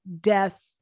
death